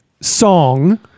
song